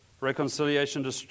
Reconciliation